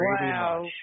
Wow